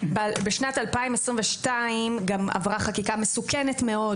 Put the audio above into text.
בשנת 2022 גם עברה חקיקה מסוכנת מאוד,